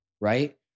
right